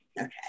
Okay